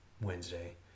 Wednesday